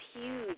huge